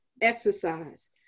exercise